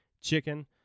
chicken